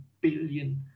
billion